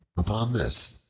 upon this,